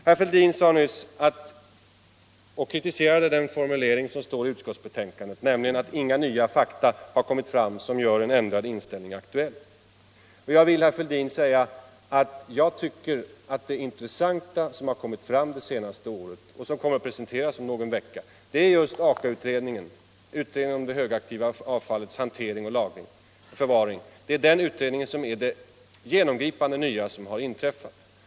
Herr Fälldin kritiserade nyss den formulering som står i utskottets betänkande, nämligen att inga betydelsefulla fakta har kommit fram som gör en ändrad inställning aktuell. Jag tycker, herr Fälldin, att det verkligt intressanta som kommit fram de senaste åren, det som kommer att presenteras om någon vecka, det är just Aka-utredningen, utredningen om det högaktiva avfallets hantering, lagring och förvaring. Den utredningen är det genomgripande nya som har inträffat.